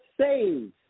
saved